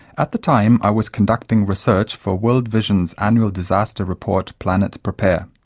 at the time i was conducting research for world vision's annual disaster report, planet prepare.